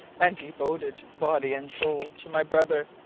and devoted, body and soul, to my brother.